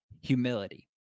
humility